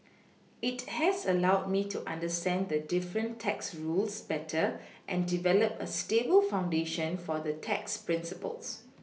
it has allowed me to understand the different tax rules better and develop a stable foundation for the tax Principles